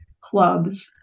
clubs